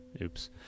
oops